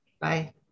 bye